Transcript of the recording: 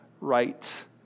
right